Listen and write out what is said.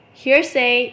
hearsay